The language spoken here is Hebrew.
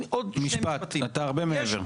אתה הרבה מעבר.